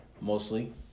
Mostly